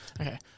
Okay